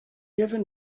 given